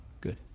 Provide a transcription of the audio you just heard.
good